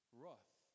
wrath